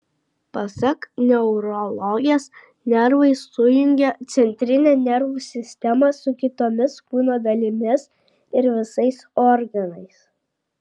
pasak neurologės nervai sujungia centrinę nervų sistemą su kitomis kūno dalimis ir visais organais